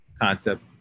concept